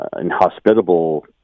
inhospitable